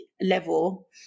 level